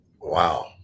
wow